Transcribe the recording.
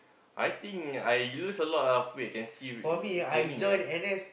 I think I lose a lot of weight I can see with with training ah